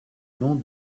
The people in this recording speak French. nom